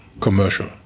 commercial